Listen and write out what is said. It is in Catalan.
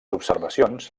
observacions